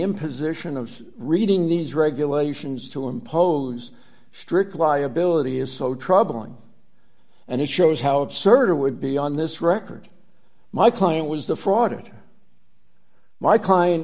imposition of reading these regulations to impose strict liability is so troubling and it shows how absurd it would be on this record my client was the fraud my client